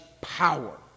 power